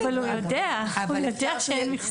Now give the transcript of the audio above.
אבל הוא יודע שאין מכסות.